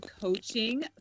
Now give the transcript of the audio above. coaching